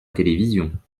télévision